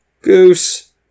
Goose